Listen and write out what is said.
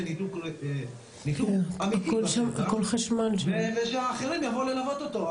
ניתוק אמיתי בשטח ושהאחרים יבואו ללוות אותו.